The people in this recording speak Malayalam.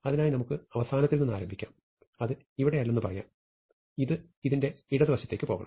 അതിനായി നമുക്ക് അവസാനത്തിൽ നിന്ന് ആരംഭിക്കാം അത് ഇവിടെയില്ലെന്ന് പറയാം ഇത് ഇതിന്റെ ഇടതുവശത്തേക്ക് പോകണം